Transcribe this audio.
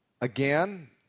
Again